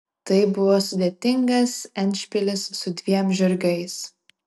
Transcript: tai buvo sudėtingas endšpilis su dviem žirgais